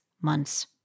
months